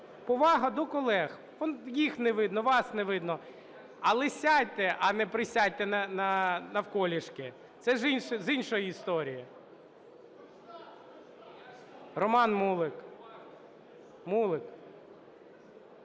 повага до колег. Їх не видно, вас не видно. Але сядьте, а не присядьте навколішки, це ж з іншої історії. Роман Мулик.